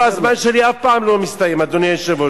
לא, הזמן שלי אף פעם לא מסתיים, אדוני היושב-ראש.